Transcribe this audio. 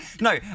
No